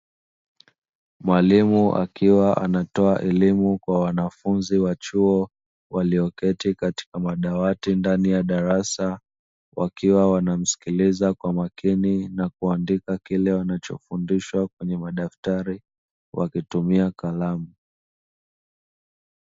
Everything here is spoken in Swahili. Mwalimu akiwa anatoa elimu kwa wanafunzi wa chuo, walioketi katika madawati ndani ya darasa, wakiwa wanamsikiliza kwa makini na kuandika kile wanachofundishwa kwenye madaftari, wakitumia kalamu.